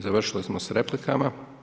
Završili smo s replikama.